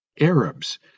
Arabs